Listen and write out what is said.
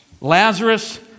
Lazarus